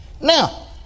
Now